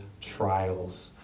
trials